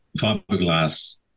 fiberglass